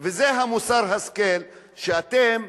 וזה מוסר ההשכל שאתם,